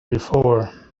before